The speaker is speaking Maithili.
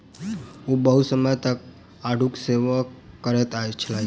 ओ बहुत समय तक आड़ूक सेवन करैत छलाह